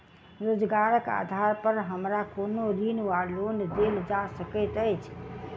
रोजगारक आधार पर हमरा कोनो ऋण वा लोन देल जा सकैत अछि?